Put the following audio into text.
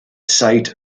site